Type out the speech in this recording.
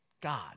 God